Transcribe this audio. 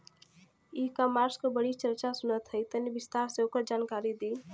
ई कॉमर्स क बड़ी चर्चा सुनात ह तनि विस्तार से ओकर जानकारी दी?